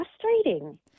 frustrating